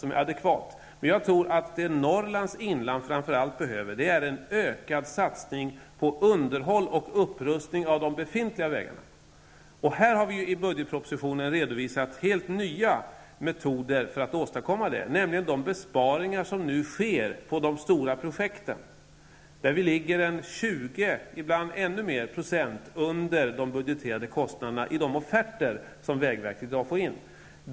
Men jag tror att det Norrlands inland framför allt behöver är en ökad satsning på underhåll och upprustning av de befintliga vägarna. Vi har i budgetpropositionen redovisat helt nya metoder för att åstadkomma det, nämligen de besparingar som nu görs på de stora projekten, där vi ligger 20 % eller ännu mer under de budgeterade kostnaderna i de offerter som vägverket i dag får in.